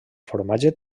formatge